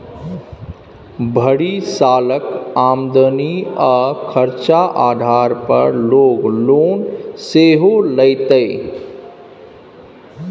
भरि सालक आमदनी आ खरचा आधार पर लोक लोन सेहो लैतै